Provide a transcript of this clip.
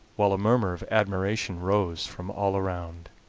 while a murmur of admiration rose from all around.